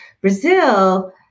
Brazil